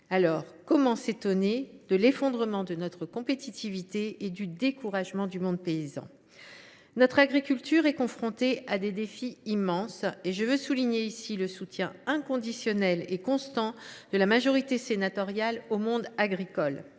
, comment s’étonner de l’effondrement de notre compétitivité et du découragement du monde paysan ? Notre agriculture est confrontée à des défis immenses, et je veux souligner ici le soutien inconditionnel et constant de la majorité sénatoriale au monde agricole.